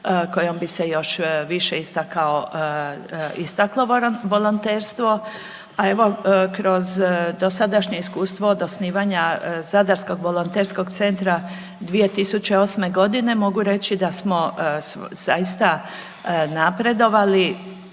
kojom bi se još više istaklo volonterstvo, a evo kroz dosadašnje iskustvo od osnivanja Zadarskog volonterskog centra 2008.g. mogu reći da smo zaista napredovali,